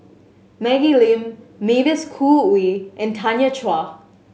Maggie Lim Mavis Khoo Oei and Tanya Chua